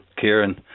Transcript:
Kieran